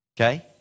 okay